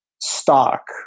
stock –